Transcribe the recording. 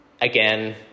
again